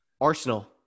Arsenal